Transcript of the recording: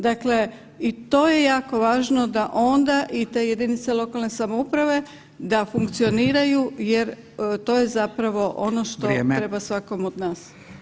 Dakle, i to je jako važno da onda i te jedinice lokalne samouprave da funkcioniraju jer to je zapravo ono [[Upadica: Vrijeme.]] što treba svakom od nas.